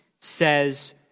says